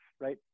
right